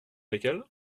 lesquelles